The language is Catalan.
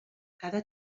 cada